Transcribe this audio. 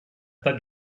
pas